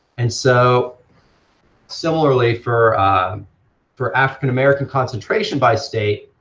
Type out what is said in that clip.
and so similarly for for african american concentration by state,